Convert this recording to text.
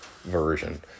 version